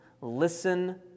Listen